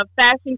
fashion